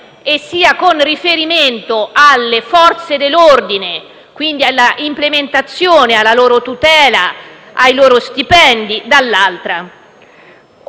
sia con riferimento alle Forze dell'ordine e quindi alla implementazione, alla loro tutela, ai loro stipendi, dall'altra.